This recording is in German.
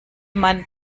man